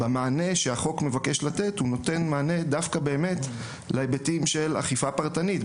החוק מבקש לתת מענה דווקא להיבטים של אכיפה פרטנית,